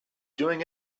doing